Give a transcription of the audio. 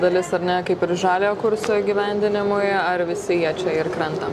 dalis ar ne kaip ir žaliojo kurso įgyvendinimui ar visi jie čia ir krenta